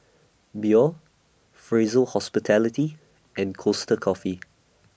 Biore Fraser Hospitality and Costa Coffee